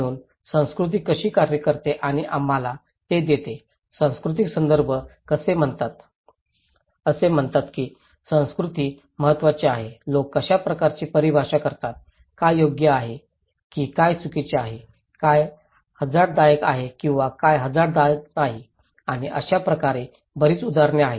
म्हणूनच संस्कृती कशी कार्य करते आणि आम्हाला ते देते सांस्कृतिक संदर्भ असे म्हणतात की संस्कृती महत्वाची आहे लोक कशा प्रकारे परिभाषित करतात काय योग्य आहे की काय चुकीचे आहे काय हझार्डदायक आहे किंवा काय हझार्डदायक नाही आणि अशा प्रकारे बरीच उदाहरणे आहेत